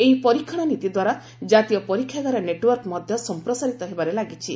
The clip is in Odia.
ଏହି ପରୀକ୍ଷଣ ନୀତି ଦ୍ୱାରା ଜାତୀୟ ପରୀକ୍ଷାଗାର ନେଟ୍ୱାର୍କ ମଧ୍ୟ ସମ୍ପ୍ରସାରିତ ହେବାରେ ଲାଗିଛି